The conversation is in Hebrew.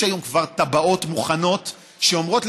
יש היום כבר תב"עות מוכנות שאומרות,